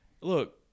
look